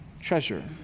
treasure